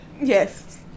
Yes